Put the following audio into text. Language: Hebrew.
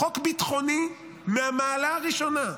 הוא חוק ביטחוני מהמעלה הראשונה,